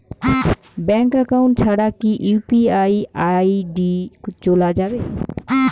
Bank account ছাড়া কি UPI ID চোলা যাবে?